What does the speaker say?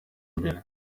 imbere